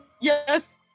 Yes